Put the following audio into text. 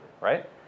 right